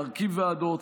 להרכיב ועדות,